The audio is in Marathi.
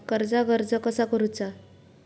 कर्जाक अर्ज कसा करुचा?